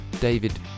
David